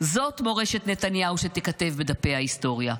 זאת מורשת נתניהו שתיכתב בדפי ההיסטוריה.